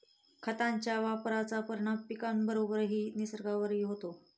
खतांच्या वापराचा परिणाम पिकाबरोबरच निसर्गावरही होतो